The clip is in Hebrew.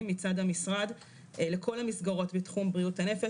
מצד המשרד לכל המסגרות בתחום בריאות הנפש,